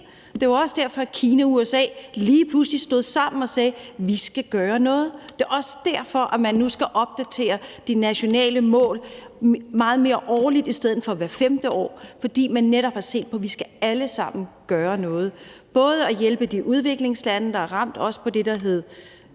Det er også derfor, at Kina og USA lige pludselig stod sammen og sagde, at vi skal gøre noget. Det er også derfor, at man nu skal opdatere de nationale mål meget mere, nemlig årligt i stedet for hvert 5. år, fordi man netop har set på, at vi alle sammen skal gøre noget, altså hjælpe de udviklingslande, der er ramt, også på det, der hedder